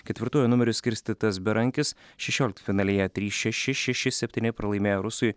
ketvirtuoju numeriu skirstytas berankis šešioliktfinalyje trys šeši šeši septyni pralaimėjo rusui